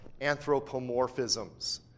anthropomorphisms